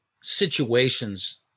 situations